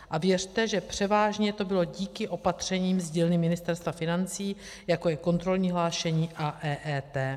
A věřte, že převážně to bylo díky opatřením z dílny Ministerstva financí, jako je kontrolní hlášení a EET.